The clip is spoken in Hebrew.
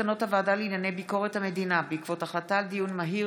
מסקנות הוועדה לענייני ביקורת המדינה בעקבות דיון מהיר